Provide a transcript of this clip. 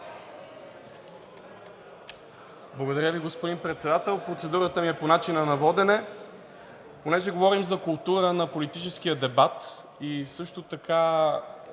Благодаря Ви, господин Председател. Процедурата ми е по начина на водене. Понеже говорим за култура на политическия дебат, също така